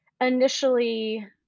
initially